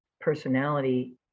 personality